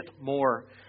more